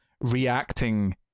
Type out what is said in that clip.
reacting